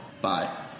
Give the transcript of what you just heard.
bye